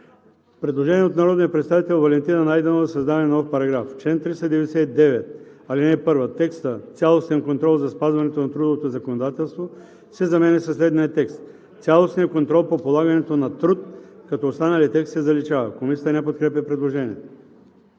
Предложение от народния представител Валентина Найденова за създаване на нов параграф: „§() В чл. 399, ал. 1 текстът „Цялостен контрол за спазването на трудовото законодателство“ се заменя със следния текст: „Цялостния контрол по полагането на труд“, като останалият текст се запазва. Комисията не подкрепя предложението.